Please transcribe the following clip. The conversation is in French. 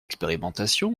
expérimentation